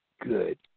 good